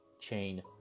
Chain